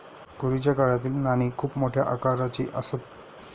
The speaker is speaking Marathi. पूर्वीच्या काळातील नाणी खूप मोठ्या आकाराची असत